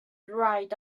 right